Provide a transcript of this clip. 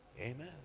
Amen